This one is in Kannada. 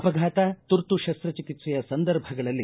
ಅಪಘಾತ ತುರ್ತು ಶಸ್ತಚಿಕಿತ್ಸೆಯ ಸಂದರ್ಭಗಳಲ್ಲಿ